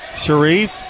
Sharif